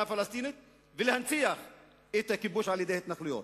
פלסטינית ולהנציח את הכיבוש על-ידי התנחלויות.